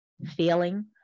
Feeling